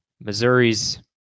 Missouri's